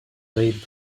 lead